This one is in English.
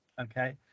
okay